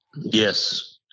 yes